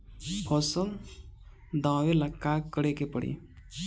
फसल दावेला का करे के परी?